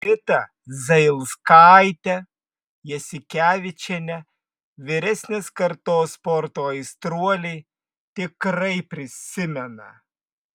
ritą zailskaitę jasikevičienę vyresnės kartos sporto aistruoliai tikrai prisimena